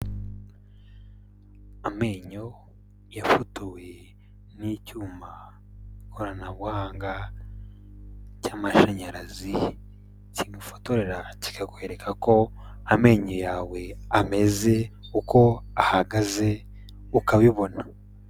Amenyo yafotowe n'icyuma koranabuhanga cy'amashanyarazi, kigufotorera kikakwereka ko amenyo yawe ameze, uko ahagaze ukabibona.